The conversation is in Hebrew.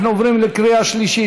אנחנו עוברים לקריאה שלישית.